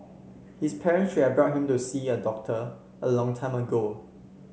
his parents should have brought him to see a doctor a long time ago